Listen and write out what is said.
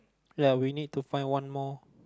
ya we need to find one more